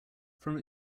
from